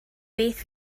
beth